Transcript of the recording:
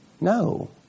No